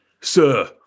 Sir